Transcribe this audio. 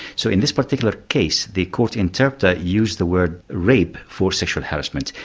so in this particular case the court interpreter used the word rape for sexual harassment,